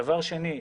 דבר שני,